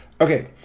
Okay